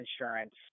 insurance